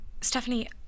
Stephanie